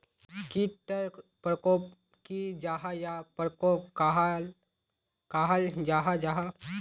कीट टर परकोप की जाहा या परकोप कहाक कहाल जाहा जाहा?